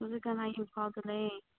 ꯍꯧꯖꯤꯛ ꯀꯥꯟ ꯑꯩ ꯏꯝꯐꯥꯜꯗ ꯂꯩ